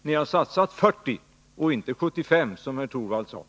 Ni har satsat 40 miljoner — inte 75, som herr Torwald sade.